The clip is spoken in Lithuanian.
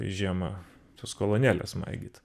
žiemą tos kolonėlės maigyt